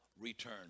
return